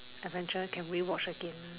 Avenger can we watch again